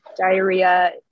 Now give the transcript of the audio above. diarrhea